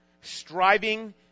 Striving